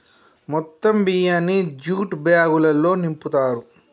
మొత్తం బియ్యాన్ని జ్యూట్ బ్యాగులల్లో నింపుతారు